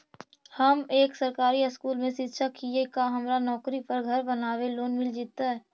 हम एक सरकारी स्कूल में शिक्षक हियै का हमरा नौकरी पर घर बनाबे लोन मिल जितै?